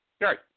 right